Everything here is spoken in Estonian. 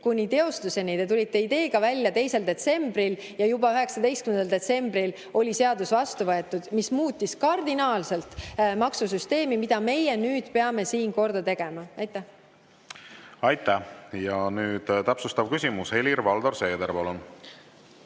kiiresti], te tulite ideega välja 2. detsembril ja juba 19. detsembril oli seadus vastu võetud. See muutis kardinaalselt maksusüsteemi, mida meie nüüd peame siin korda tegema. Aitäh! Ja nüüd täpsustav küsimus, Helir-Valdor Seeder, palun!